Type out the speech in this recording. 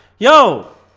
yo